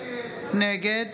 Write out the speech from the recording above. נגד